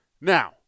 Now